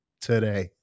today